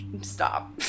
stop